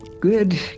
Good